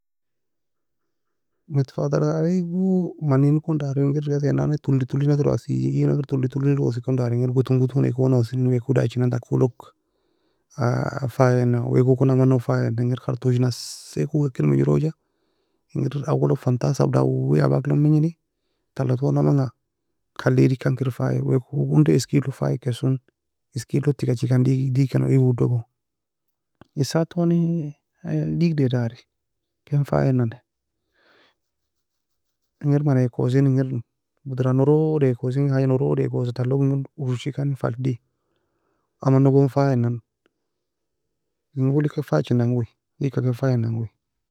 مطفاءة الحريق go mani ne kon darin engir ghasai nan ne toly toly nakir assi eag nakir toly toly nakir ossie ekon dary, engir قطن قطن ekon osena weko dachina tako log fayeina weko kon aman log fayeina, engir khartoush nassie eko akir mengiroja engir owo log فنطاس abak log menjeni tala toun aman ga kal edirkan kir fayeina. Weko, onday eskeed log fayie keson eskeed log tegachikan dea deakeno eag uodogo. Esad oni deagid a dary ken fayeienan engir mani eka osen بدرة norod eka osen حاجة norod eka osa talog urshi kan fel dea aman nogon fayeina nan. Engo eli ken fayeinan go eag kaken fayeinan go.